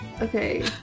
Okay